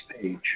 page